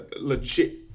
legit